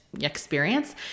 experience